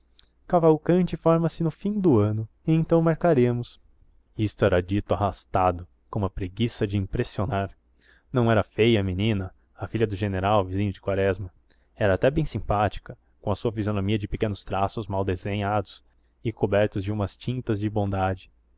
cavalcanti forma se no fim do ano e então marcaremos isto era dito arrastado com uma preguiça de impressionar não era feia a menina a filha do general vizinho de quaresma era até bem simpática com a sua fisionomia de pequenos traços mal desenhados e cobertos de umas tintas de bondade